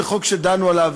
זה חוק שדנו בו,